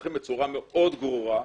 מנוסחים בצורה מאוד גרועה,